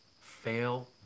Fail